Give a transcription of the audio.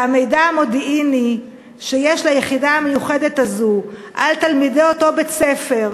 שהמידע המודיעיני שיש ליחידה המיוחדת הזו על תלמידי אותו בית-ספר,